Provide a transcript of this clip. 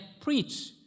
preach